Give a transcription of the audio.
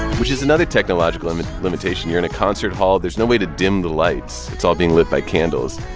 which is another technological um and limitation. you're in a concert hall. there's no way to dim the lights. it's all being lit by candles.